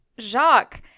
Jacques